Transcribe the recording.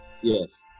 Yes